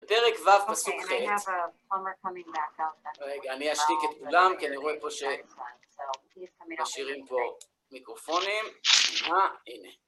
בפרק ו פסוק ח. רגע, אני אשתיק את כולם, כי אני רואה פה ש... משאירים פה מיקרופונים. שניה, הנה.